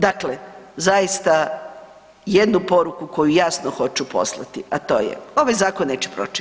Dakle, zaista jednu poruku koju jasno hoću poslati, a to je ovaj zakon neće proći.